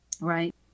Right